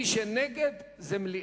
מי שנגד, זה מליאה.